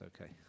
okay